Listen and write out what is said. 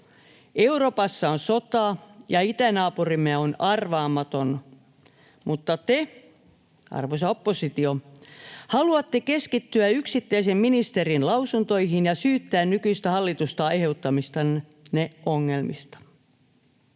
Euroopassa on sota, ja itänaapurimme on arvaamaton, mutta te, arvoisa oppositio, haluatte keskittyä yksittäisen ministerin lausuntoihin ja syyttää nykyistä hallitusta aiheuttamistanne ongelmista.